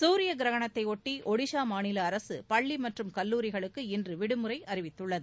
சூரிய கிரகணத்தையொட்டி ஒடிஷா மாநில அரசு பள்ளி மற்றும் கல்லூரிகளுக்கு இன்று விடுமுறை அறிவித்துள்ளது